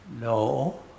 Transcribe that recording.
No